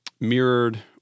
mirrored